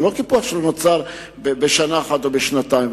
זה לא קיפוח שנוצר בשנה אחת או בשנתיים.